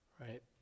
Right